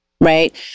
right